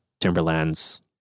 Timberland's